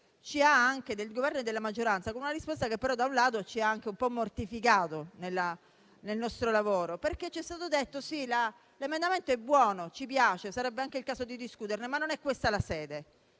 il diniego del Governo e della maggioranza, con una risposta che ci ha anche un po' mortificato nel nostro lavoro. Ci è stato detto: «Sì, l'emendamento è buono, ci piace, sarebbe anche il caso di discuterne, ma non è questa la sede».